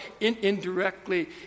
indirectly